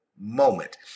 moment